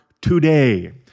today